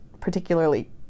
particularly